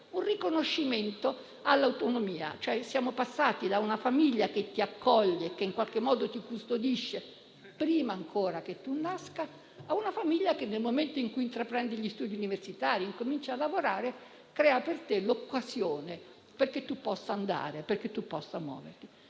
un riconoscimento all'autonomia. Si passa, cioè, da una famiglia che ti accoglie, e in qualche modo ti custodisce prima ancora che tu nasca, ad una famiglia che, nel momento in cui intraprendi gli studi universitari o incominci a lavorare, crea per te l'occasione perché tu possa andare, perché tu possa muoverti.